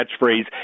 catchphrase